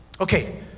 Okay